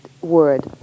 word